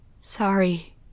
sorry